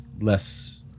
less